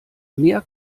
mehr